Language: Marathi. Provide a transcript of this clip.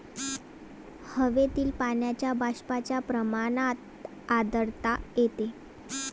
हवेतील पाण्याच्या बाष्पाच्या प्रमाणात आर्द्रता येते